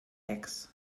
eggs